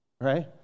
right